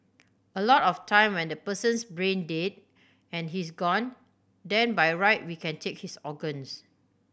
a lot of time when the person's brain dead and he's gone then by a right we can take his organs